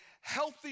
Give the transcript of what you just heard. healthy